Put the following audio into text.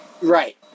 right